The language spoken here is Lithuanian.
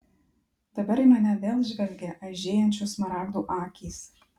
dabar į mane vėl žvelgė aižėjančių smaragdų akys